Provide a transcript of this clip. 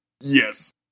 Yes